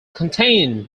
contained